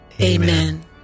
Amen